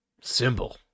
Symbol